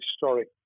historic